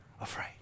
afraid